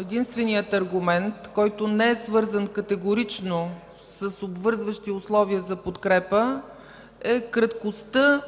Единственият аргумент, който не е свързан категорично с обвързващи условия за подкрепа, е краткостта